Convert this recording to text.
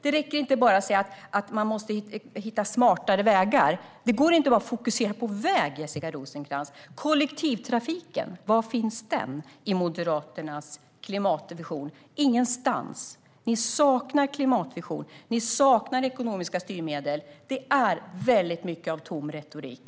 Det räcker inte att säga att man måste hitta smartare vägar. Det går inte att bara fokusera på väg, Jessica Rosencrantz. Var finns kollektivtrafiken i Moderaternas klimatvision? Ingenstans. Ni saknar en klimatvision. Ni saknar ekonomiska styrmedel. Det är väldigt mycket av tom retorik.